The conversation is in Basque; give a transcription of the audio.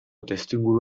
testuinguru